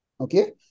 Okay